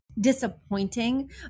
disappointing